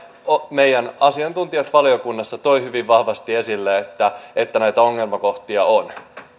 asiantuntijat valiokunnassa toivat hyvin vahvasti esille että näitä ongelmakohtia on